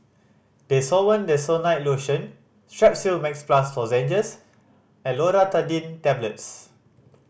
Desowen Desonide Lotion Strepsils Max Plus Lozenges and Loratadine Tablets